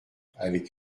avec